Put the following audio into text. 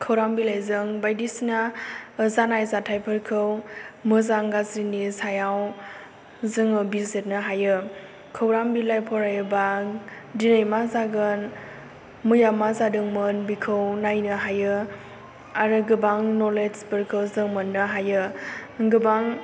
खौरां एबा खौरां बिलायजों बायदिसिना जानाय जाथायफोरखौ मोजां गाज्रि नि सायाव जोङो बिजिरनो हायो खौरां बिलाय फरायोबा दिनै मा जागोन मैया मा जादोंमोन बिखौ नायनो हायो आरो गोबां नलेदज खौ जों मोन्नो हायो गोबां